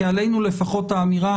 כי עלינו לפחות האמירה